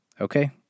Okay